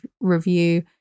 review